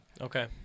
Okay